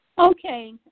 Okay